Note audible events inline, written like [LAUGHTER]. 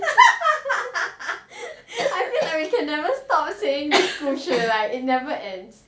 [LAUGHS] [COUGHS] I feel like we can never stop saying that 故事 like it never ends